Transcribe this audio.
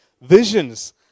Visions